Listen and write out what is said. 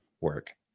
work